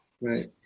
right